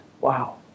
Wow